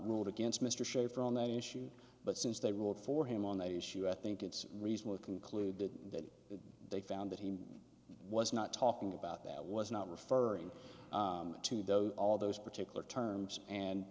ruled against mr shafer on that issue but since they ruled for him on that issue i think it's reasonable to conclude that they found that he was not talking about that was not referring to those all those particular terms and